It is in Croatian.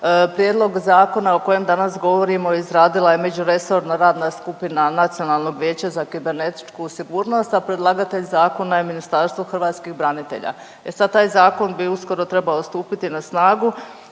Prijedlog zakona o kojem danas govorimo izradila je međuresorna radna skupina nacionalnog vijeća za kibernetičku sigurnost, a predlagatelj zakona je Ministarstvo hrvatskih branitelja. E sad taj zakon bi uskoro trebao stupiti na snagu,